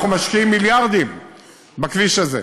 אנחנו משקיעים מיליארדים בכביש הזה,